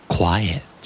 Quiet